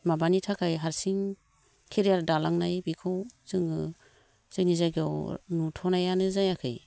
माबानि थाखाय हारसिं केरियार दालांनाय बेखौ जोङो जोंनि जायगायाव नुथ'नायानो जायाखै